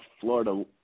Florida